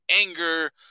anger